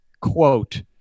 quote